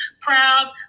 proud